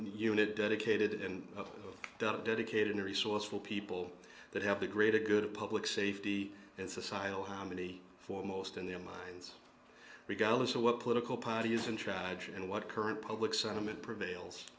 unit dedicated and dedicated resourceful people that have the greater good of public safety and societal how many foremost in their minds regardless of what political party is untried and what current public sentiment prevails